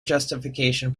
justification